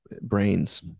brains